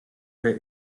her